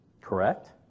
correct